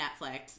Netflix